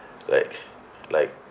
like like